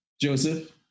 joseph